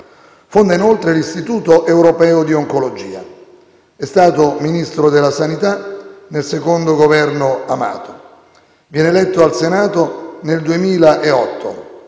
Fonda inoltre l'Istituto europeo di oncologia. È stato Ministro della sanità nel II Governo Amato. Viene eletto al Senato nel 2008.